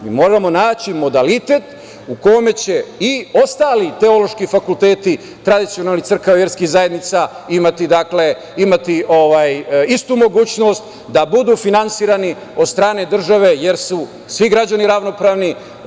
Mi moramo naći modalitet u kome će i ostali teološki fakulteti tradicionalnih crkava i verskih zajednica imati istu mogućnost da budu finansirani od strane države jer su svi građani ravnopravni.